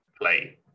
play